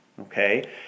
okay